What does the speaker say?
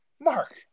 mark